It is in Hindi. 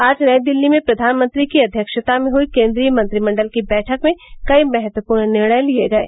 आज नई दिल्ली में प्रधानमंत्री की अध्यक्षता में हुई केन्द्रीय मंत्रिमण्डल की बैठक में कई महत्वपूर्ण निर्णय लिये गये